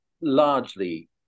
largely